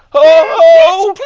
oh,